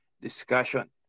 discussion